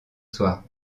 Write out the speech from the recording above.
soir